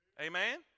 Amen